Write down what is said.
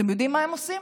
אתם יודעים מה הם עושים?